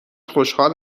خوشحال